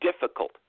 difficult